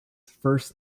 first